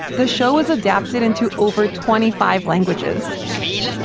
the show was adapted into over twenty five languages.